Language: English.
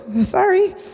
sorry